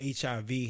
hiv